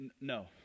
no